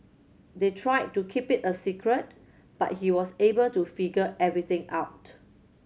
they tried to keep it a secret but he was able to figure everything out